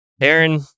Aaron